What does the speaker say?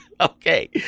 Okay